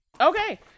Okay